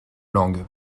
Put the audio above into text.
langues